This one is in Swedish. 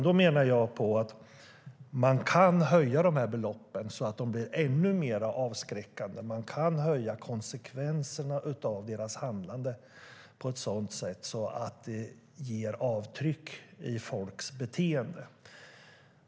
Då menar jag att man kan höja dessa belopp så att de blir ännu mer avskräckande. Man kan öka konsekvenserna av handlandet från dem som kör för fort på ett sådant sätt att det ger avtryck i folks beteende.